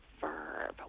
verb